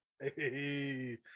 hey